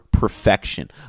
Perfection